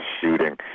shooting